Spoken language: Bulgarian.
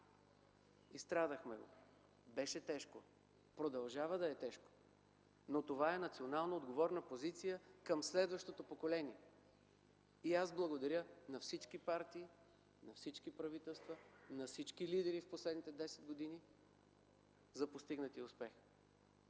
Изстрадахме го, беше тежко, продължава да е тежко, но това е национално отговорна позиция към следващото поколение. И аз благодаря на всички партии, на всички правителства и на всички лидери в последните 10 години за постигнатия успех.